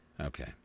Okay